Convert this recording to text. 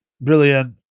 brilliant